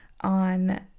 on